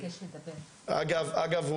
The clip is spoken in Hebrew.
אגב,